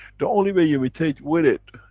the only way you mutate with it,